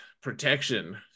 Protection